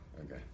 Okay